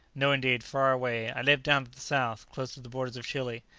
no, indeed far away i live down to the south, close to the borders of chili.